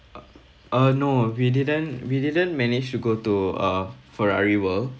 uh no we didn't we didn't manage to go to uh Ferrari world